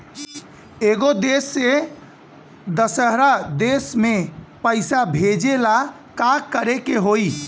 एगो देश से दशहरा देश मे पैसा भेजे ला का करेके होई?